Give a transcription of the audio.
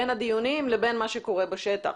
בין הדיונים לבין מה שקורה בשטח.